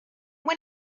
when